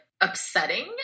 upsetting